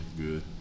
good